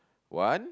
one